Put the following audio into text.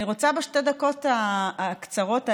אני רוצה, בשתי הדקות הקצרות האלה,